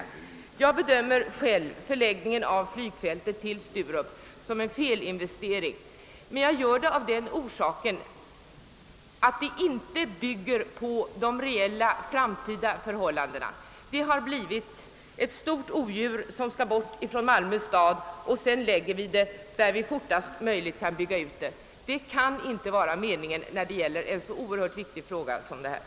Själv bedömer jag förläggningen till Sturup som en felinvestering och jag gör det därför att den inte bygger på de reella framtida förhållandena. Det har liksom kommit att röra sig om ett stort odjur som skall bort från Malmö stad för att sedan förläggas dit där det fortast möjligt kan ske en utbyggnad. Klokheten i ett sådant hand lande kan verkligen ifrågasättas när det gäller en så oerhört viktig fråga som denna.